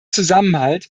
zusammenhalt